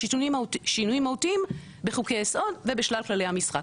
שינויים מהותיים בחוקי היסוד ובשלל כללי המשחק.